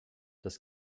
das